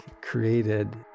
created